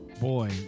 Boy